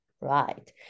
Right